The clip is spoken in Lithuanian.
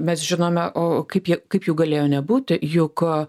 mes žinome o kaip jie kaip jų galėjo nebūti juk